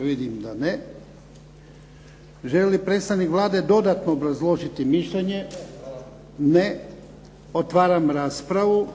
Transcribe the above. Vidim da ne. Želi li predstavnik Vlade dodatno obrazložiti mišljenje? Ne. Otvaram raspravu.